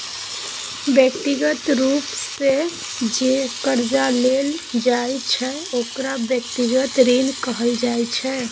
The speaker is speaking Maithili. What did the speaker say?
व्यक्तिगत रूप सँ जे करजा लेल जाइ छै ओकरा व्यक्तिगत ऋण कहल जाइ छै